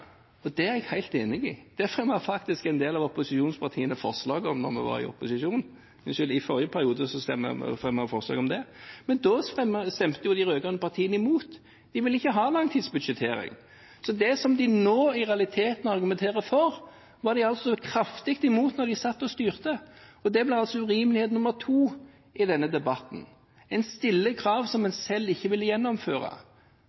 og gjøre endringer deretter. Det er jeg helt enig i. Det fremmet faktisk en del av opposisjonspartiene forslag om – da vi var i opposisjon i forrige periode – men da stemte de rød-grønne partiene imot det. De ville ikke ha langtidsbudsjettering. Så det som de nå i realiteten argumenterer for, var de kraftig imot da de satt og styrte. Det er urimelighet nr. 2 i denne debatten. En stiller krav til andre, som